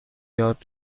یاد